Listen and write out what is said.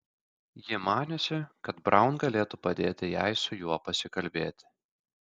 ji maniusi kad braun galėtų padėti jai su juo pasikalbėti